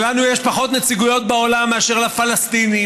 ולנו יש פחות נציגויות בעולם מאשר לפלסטינים